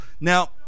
Now